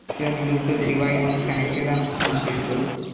your Bluetooth device is connected ಅಂತ ಹೊಂಟಿತ್ತು